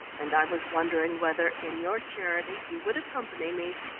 and i was wondering whether, in your charity, you would accompany me.